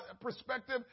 perspective